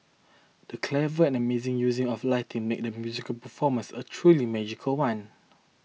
the clever and amazing use of lighting made the musical performance a truly magical one